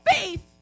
faith